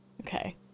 Okay